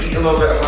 a little bit